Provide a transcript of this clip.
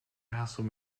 hassle